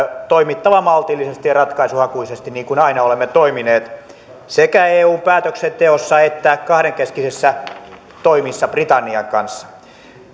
toimittava maltillisesti ja ratkaisuhakuisesti niin kuin aina olemme toimineet sekä eun päätöksenteossa että kahdenkeskisissä toimissa britannian kanssa